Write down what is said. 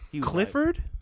Clifford